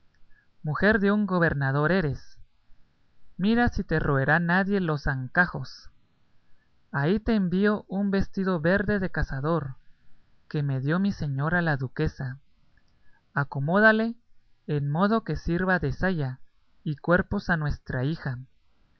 mujer de un gobernador eres mira si te roerá nadie los zancajos ahí te envío un vestido verde de cazador que me dio mi señora la duquesa acomódale en modo que sirva de saya y cuerpos a nuestra hija